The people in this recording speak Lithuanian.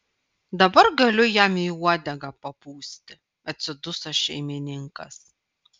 dabar galiu jam į uodegą papūsti atsiduso šeimininkas